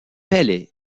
palais